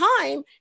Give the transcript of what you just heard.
time